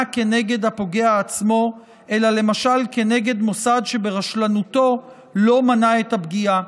כנגד הפוגע עצמו אלא למשל כנגד מוסד שברשלנותו לא מנע את הפגיעה,